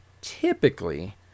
typically